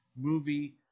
movie